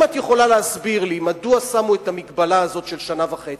אם את יכולה להסביר לי מדוע שמו את המגבלה הזאת של שנה וחצי,